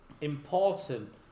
important